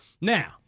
Now